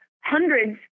hundreds